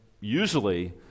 usually